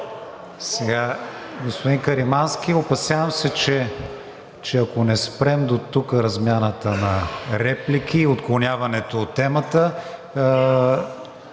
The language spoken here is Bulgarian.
Господин Каримански, опасявам се, че ако не спрем дотук размяната на реплики и отклоняването от темата,